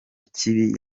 kibi